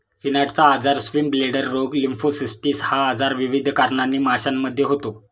फिनार्टचा आजार, स्विमब्लेडर रोग, लिम्फोसिस्टिस हा आजार विविध कारणांनी माशांमध्ये होतो